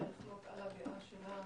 לחלוק על האמירה שלך,